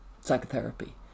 psychotherapy